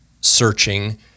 searching